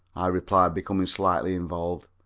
i replied, becoming slightly involved.